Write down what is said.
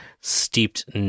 steeped